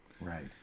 Right